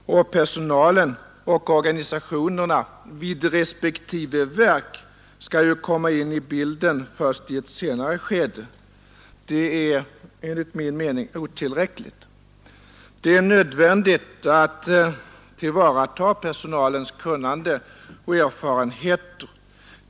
Personalen och organisationerna vid respektive verk skall ju komma in i bilden först i ett senare skede. Det är enligt min mening otillräckligt. Det är nödvändigt att tillvarata personalens kunnande och erfarenheter.